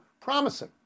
promising